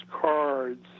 cards